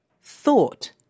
thought